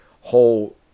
whole